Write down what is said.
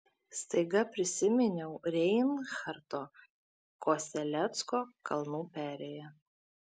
staiga prisiminiau reinharto kosellecko kalnų perėją